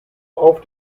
auf